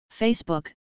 Facebook